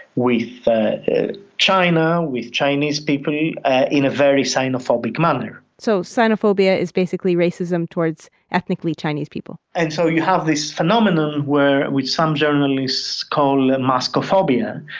with china, with chinese people in a very sinophobic manner so sinophobia is basically racism towards ethnically chinese people and so you have this phenomenon where which some journalists call that mask-ophobia,